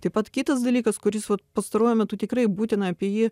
taip pat kitas dalykas kuris pastaruoju metu tikrai būtina apie jį